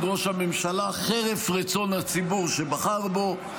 ראש הממשלה חרף רצון הציבור שבחר בו,